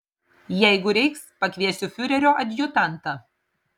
jeigu reiks pakviesiu fiurerio adjutantą